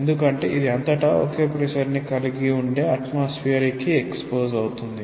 ఎందుకంటే ఇది అంతటా ఒకే ప్రెషర్ ని కలిగి ఉండే అట్మాస్ఫియర్ కి ఎక్స్పొస్ అవుతుంది